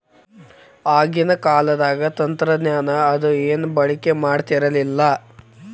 ಆಗಿನ ಕಾಲದಾಗ ತಂತ್ರಜ್ಞಾನ ಅದು ಏನು ಬಳಕೆ ಮಾಡತಿರ್ಲಿಲ್ಲಾ